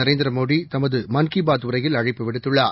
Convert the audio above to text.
நரேந்திரமோடிதனதும ன்கிபாத்உரையில்அழைப்புவிடுத்துள்ளார்